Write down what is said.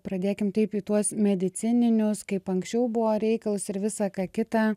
pradėkime taip į tuos medicininius kaip anksčiau buvo reikalus ir visa ką kitą